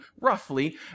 roughly